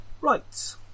right